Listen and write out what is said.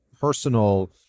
personal